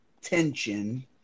tension